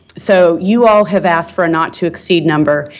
so, you all have asked for a not to exceed number,